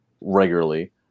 regularly